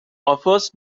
offers